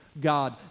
God